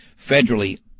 federally